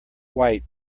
white